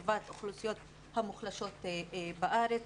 בקרב האוכלוסיות המוחלשות בארץ.